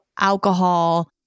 alcohol